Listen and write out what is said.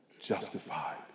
justified